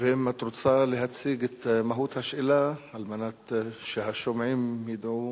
אם את רוצה להציג את מהות השאלה על מנת שהשומעים ידעו